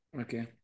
Okay